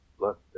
Look